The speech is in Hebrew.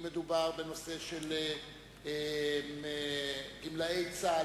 אם בנושא של גמלאי צה"ל,